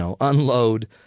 unload